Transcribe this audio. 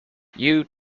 you